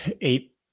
eight